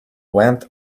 went